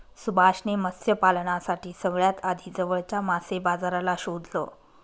सुभाष ने मत्स्य पालनासाठी सगळ्यात आधी जवळच्या मासे बाजाराला शोधलं